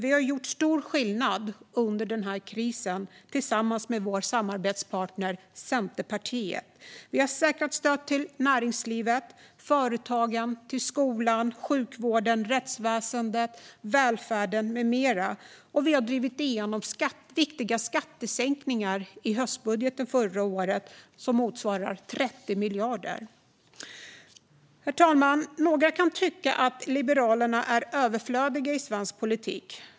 Vi har, tillsammans med vår samarbetspartner Centerpartiet, gjort stor skillnad under krisen. Vi har säkrat stöd till näringslivet, företagen, skolan, sjukvården, rättsväsendet, välfärden med mera. I höstbudgeten förra året drev vi också igenom viktiga skattesänkningar motsvarande 30 miljarder. Herr talman! Några kan tycka att Liberalerna är överflödiga i svensk politik.